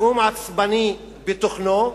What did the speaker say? נאום עצבני בתוכנו,